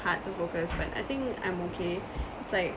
hard to focus but I think I'm okay it's like